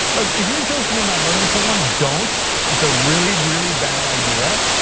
look, if you're joking about murdering someone, don't, it's a really, really bad idea.